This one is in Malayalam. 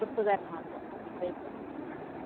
തീർത്ത് തരണം അപ്പോൾ അപ്പോഴത്തേക്ക്